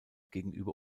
gegenüber